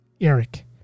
Eric